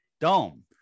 dome